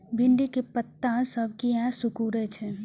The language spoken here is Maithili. भिंडी के पत्ता सब किया सुकूरे छे?